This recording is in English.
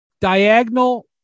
diagonal